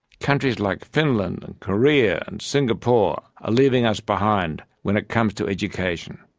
countries like finland and korea and singapore are leaving us behind when it comes to education.